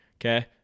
Okay